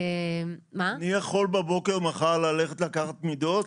אני יכול מחר בבוקר ללכת לקחת מידות?